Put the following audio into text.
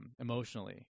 emotionally